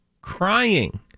crying